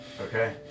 Okay